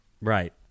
Right